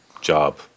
job